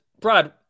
Brad